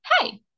Hey